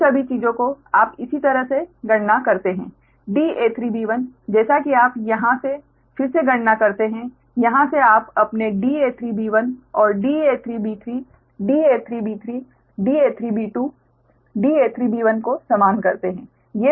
इन सभी चीजों को आप इसी तरह से गणना करते हैं da3b1 जैसा कि आप यहाँ से फिर से गणना करते हैं यहाँ से आप अपने da3b1 और da3b3 da3b3 da3b2 da3b1 को समान करते हैं